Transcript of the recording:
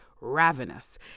ravenous